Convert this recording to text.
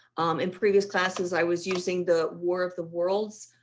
in previous classes i was using the war of the worlds,